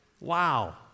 Wow